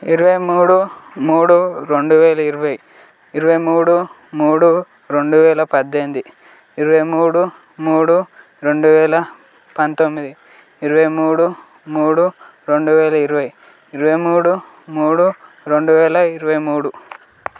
ఇరవై మూడు మూడు రెండువేల ఇరవై ఇరవై మూడు మూడు రెండు వేల పద్దెనిమిది ఇరవై మూడు మూడు రెండు వేల పంతొమ్మిది ఇరవై మూడు మూడు రెండు వేల ఇరవై ఇరవై మూడు మూడు రెండు వేల ఇరవై మూడు